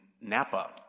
Napa